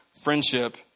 friendship